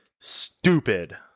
stupid